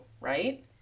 right